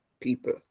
people